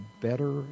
better